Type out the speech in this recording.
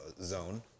zone